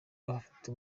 abafite